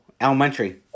elementary